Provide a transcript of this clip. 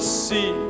see